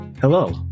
Hello